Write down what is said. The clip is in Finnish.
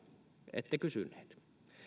ette kysyneet